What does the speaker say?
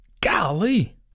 Golly